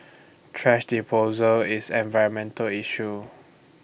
thrash disposal is environmental issue